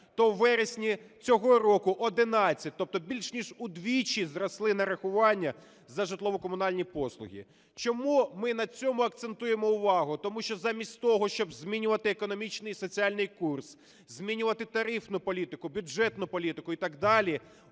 то у вересні цього року - 11, тобто більш ніж удвічі зросли нарахування за житлово-комунальні послуги. Чому ми на цьому акцентуємо увагу? Тому що, замість того щоб змінювати економічний, соціальний курс, змінювати тарифну політику, бюджетну політику і так далі,